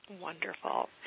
Wonderful